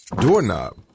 Doorknob